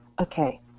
Okay